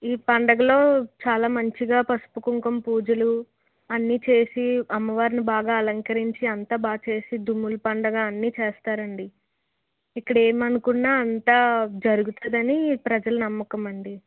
ఈ పండుగలో చాలా మంచిగా పసుపు కుంకుమ పూజలు అన్నీ చేసి అమ్మవారిని బాగా అలంకరించి అంతా బాగా చేసి దుమ్ముల పండగ అన్ని చేస్తారండి ఇక్కడ ఏమి అనుకున్న అంతా జరుగుతుందని ప్రజల నమ్మకం అండి